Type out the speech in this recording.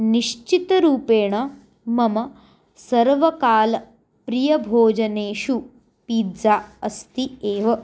निश्चितरूपेण मम सर्वकालप्रियभोजनेषु पीज़्ज़ा अस्ति एव